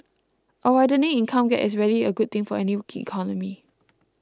a widening income gap is rarely a good thing for any economy